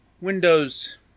Windows